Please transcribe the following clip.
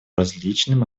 различным